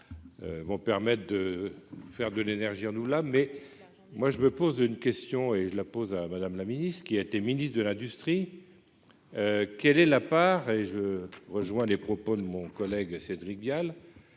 qui vont permettre de faire de l'énergie renouvelable, mais moi je me pose une question, et je la pose à Madame la Ministre, qui a été ministre de l'Industrie, quelle est la part et je rejoins les propos de mon collègue Cédric Vial,